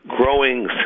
growing